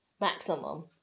maximum